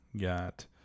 got